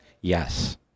Yes